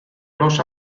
los